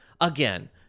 again